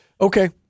Okay